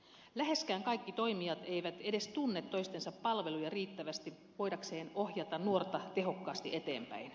läheskään kaikki toimijat eivät edes tunne toistensa palveluja riittävästi voidakseen ohjata nuorta tehokkaasti eteenpäin